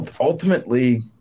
ultimately –